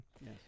Yes